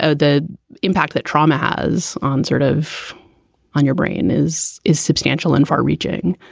ah the impact that trauma has on sort of on your brain is is substantial and far reaching.